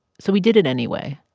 so he did it anyway.